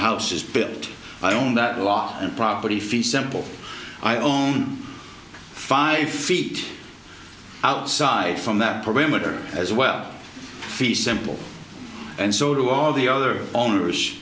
house is bit i own that lot and property fee simple i own five feet outside from that perimeter as well fee simple and so do all the other owners